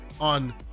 on